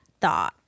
thought